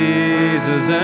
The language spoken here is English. Jesus